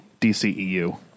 DCEU